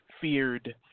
feared